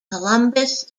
columbus